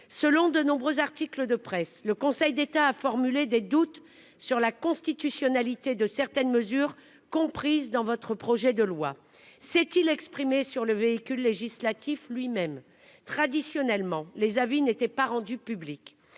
Selon de nombreux articles de presse, le Conseil d'État a formulé des doutes sur la constitutionnalité de certaines mesures comprises dans votre projet de loi s'est-il exprimé sur le véhicule législatif lui- même traditionnellement les avis n'était pas rendu public.